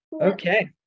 Okay